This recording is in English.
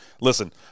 listen